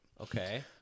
Okay